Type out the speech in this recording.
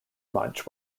munch